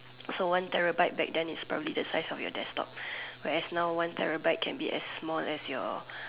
so one terabyte back then is probably the size of your desktop whereas now one terabyte can be as small as your